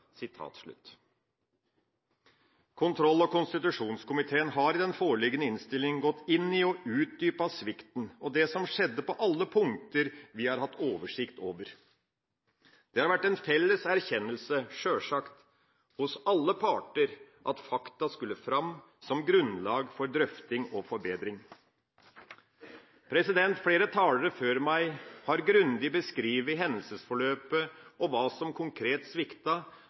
og konstitusjonskomiteen har i den foreliggende innstilling gått inn i og utdypet svikten og det som skjedde på alle punkter vi har hatt oversikt over. Det har vært en felles erkjennelse, sjølsagt, hos alle parter at fakta skulle fram som grunnlag for drøfting og forbedring. Flere talere før meg har grundig beskrevet hendelsesforløpet og hva som konkret